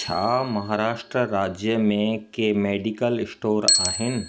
छा महाराष्ट्र राज्य में के मेडिकल स्टोर आहिनि